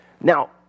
Now